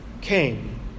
came